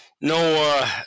no